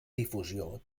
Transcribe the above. difusió